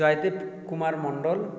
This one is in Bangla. জয়দেব কুমার মণ্ডল